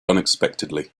unexpectedly